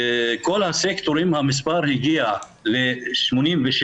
בכל הסקטורים המספר הגיע ל-87,